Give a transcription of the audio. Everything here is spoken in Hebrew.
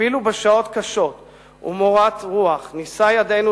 אפילו בשעות קשות ומורת-רוח נישא ידינו